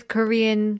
Korean